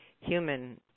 human